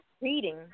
reading